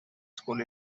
school